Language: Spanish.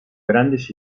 grandes